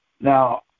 Now